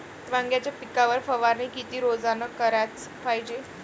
वांग्याच्या पिकावर फवारनी किती रोजानं कराच पायजे?